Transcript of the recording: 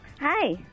Hi